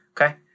Okay